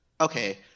okay